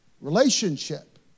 Relationship